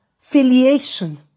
filiation